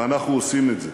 ואנחנו עושים את זה.